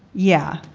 yeah.